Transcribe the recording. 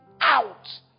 out